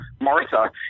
Martha